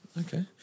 Okay